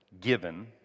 given